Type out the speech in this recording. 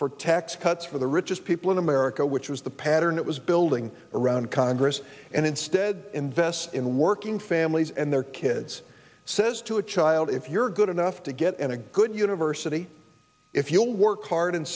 for tax cuts for the richest people in america which was the pattern that was building around congress and instead invest and working families and their kids says to a child if you're good enough to get in a good university if you'll work hard and